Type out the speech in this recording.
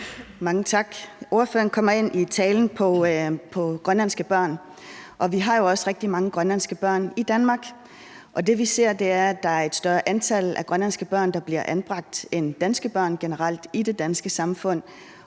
Mange tak. Ordføreren kommer i sin tale ind på grønlandske børn. Vi har jo også rigtig mange grønlandske børn i Danmark, og det, vi ser, er, at der generelt i det danske samfund er et større antal af grønlandske børn, der bliver anbragt, end af danske børn. Og noget af det, vi har